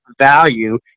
value